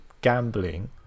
gambling